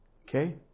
Okay